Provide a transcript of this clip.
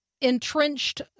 entrenched